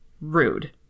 rude